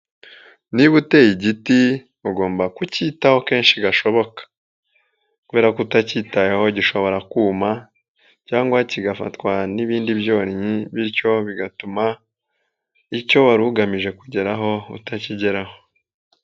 Niba uteye igiti ugomba kukicyitaho kenshi gashoboka, kubera ko utacyitayeho gishobora kuma cyangwa kigafatwa n'ibindi byonnyi bityo bigatuma icyo wari ugamije kugeraho utakigeraho.